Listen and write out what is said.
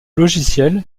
logiciel